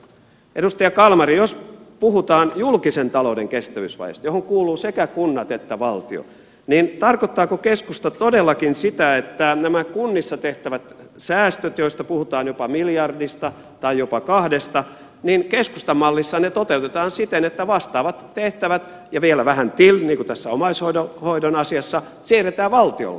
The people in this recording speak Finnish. edustaja kalmari jos puhutaan julkisen talouden kestävyysvajeesta johon kuuluvat sekä kunnat että valtio niin tarkoittaako keskusta todellakin sitä että nämä kunnissa tehtävät säästöt joissa puhutaan jopa miljardista tai jopa kahdesta keskustan mallissa toteutetaan siten että vastaavat tehtävät ja vielä vähän till niin kuin tässä omaishoidon asiassa siirretään valtiolle